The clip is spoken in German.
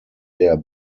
der